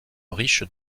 riche